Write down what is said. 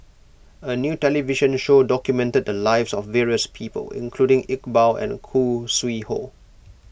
a new television show documented the lives of various people including Iqbal and Khoo Sui Hoe